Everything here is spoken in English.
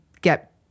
get